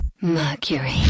Mercury